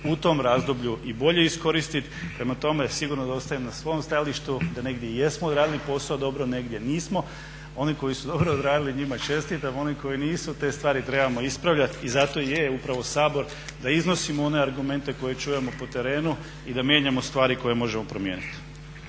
u tom razdoblju i bolje iskoristiti. Prema tome, sigurno da ostajem na svom stajalištu da negdje jesmo odradili posao dobro, negdje nismo. Oni koji su dobro odradili njima čestitam, oni koji nisu te stvari trebamo ispravljati. I zato i je upravo Sabor da iznosimo one argumente koje čujemo po terenu i da mijenjamo stvari koje možemo promijeniti.